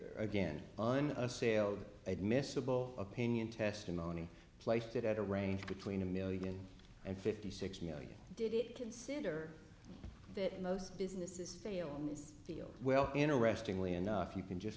that again on a sale admissable opinion testimony placed it at a range between a million and fifty six million did it consider that most businesses fail in its field well interestingly enough you can just